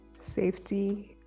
safety